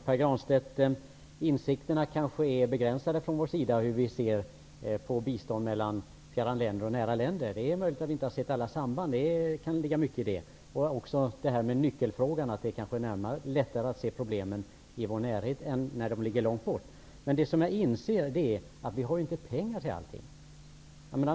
Herr talman! Insikterna från vår sida när det gäller bistånd till fjärran länder och näraliggande länder är kanske begränsade, Pär Granstedt. Det är möjligt att vi inte har sett alla samband. Det kan ligga mycket i det påståendet. Det gäller även ''nyckelfrågan''. Det är kanske lättare att se problemen i vår närhet än när de ligger långt borta. Men jag inser att vi inte har pengar till allt.